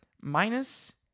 minus